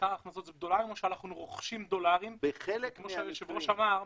עיקר ההכנסות זה בדולרים או שאנחנו רוכשים דולרים וכמו שהיושב-ראש אמר,